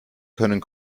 können